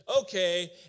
okay